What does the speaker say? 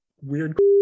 weird